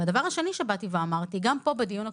והדבר השני שבאתי ואמרתי, גם פה בדיון הקודם,